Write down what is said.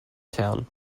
town